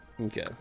Okay